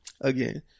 again